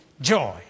joy